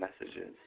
messages